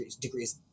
degrees